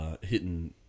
hitting